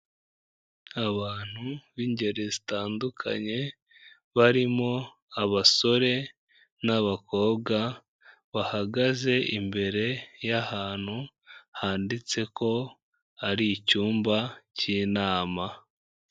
Abantu b'ingeri zitandukanye barimo abasore n'abakobwa, bahagaze imbere y'ahantu handitse ko hari icyumba cy'inama.